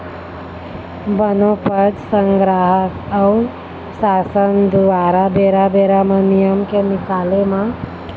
बनोपज संग्राहक अऊ सासन दुवारा बेरा बेरा म नियम के निकाले म